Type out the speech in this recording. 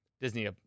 Disney